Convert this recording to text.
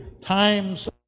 times